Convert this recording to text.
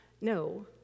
No